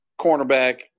cornerback